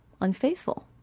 unfaithful